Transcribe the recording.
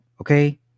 Okay